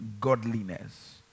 godliness